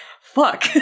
Fuck